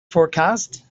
forecast